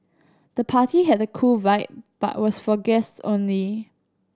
the party had a cool vibe but was for guests only